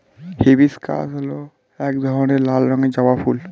hibiscus হল এক ধরনের লাল রঙের জবা ফুল